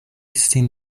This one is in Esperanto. sin